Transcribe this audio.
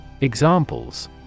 Examples